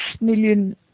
million